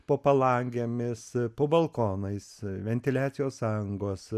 po palangėmis po balkonais ventiliacijos angos